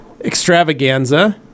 extravaganza